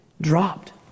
dropped